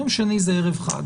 יום שני זה ערב חג,